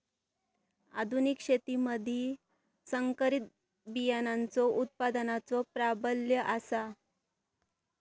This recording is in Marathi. आधुनिक शेतीमधि संकरित बियाणांचो उत्पादनाचो प्राबल्य आसा